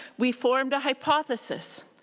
we formed a hypothesis.